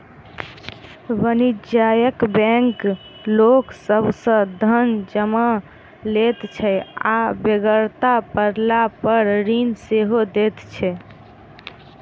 वाणिज्यिक बैंक लोक सभ सॅ धन जमा लैत छै आ बेगरता पड़लापर ऋण सेहो दैत छै